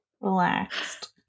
relaxed